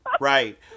Right